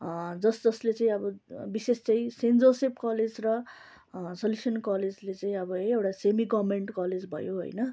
जस जसले चाहिँ अब विशेष चाहिँ सेन्ट जोसेफ कलेज र सलेसन कलेजले चाहिँ अब है एउटा सेमी गर्मेन्ट कलेज भयो होइन